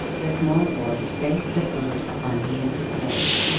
the small boy placed the food upon the empty plates,